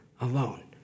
alone